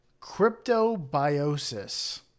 cryptobiosis